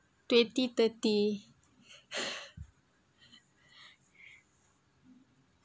twenty thirty